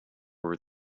were